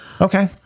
Okay